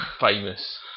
famous